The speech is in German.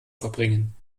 verbringen